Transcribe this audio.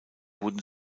wurden